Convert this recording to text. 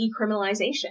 decriminalization